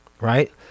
right